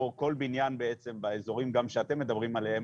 או כל בניין בעצם באזורים גם שאתם מדברים עליהם,